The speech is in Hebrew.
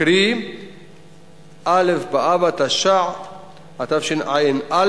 קרי א' באב התשע"א,